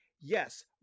Yes